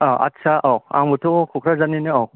औ आथसा औ आंबो थ' क'क्राझारनिनो